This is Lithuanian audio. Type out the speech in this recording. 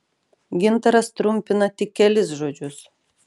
gintaras trumpina tik kelis žodžius